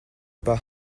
pas